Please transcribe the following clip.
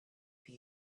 for